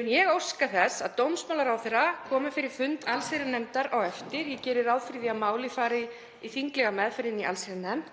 mun ég óska þess að dómsmálaráðherra komi fyrir fund allsherjarnefndar á eftir. Ég geri ráð fyrir því að málið fari í þinglega meðferð í allsherjarnefnd.